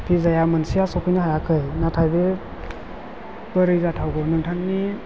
पिजाया मोनसेआ सौफैनो हायाखै नाथाय बे बोरै जाथावगौ नोंथांनि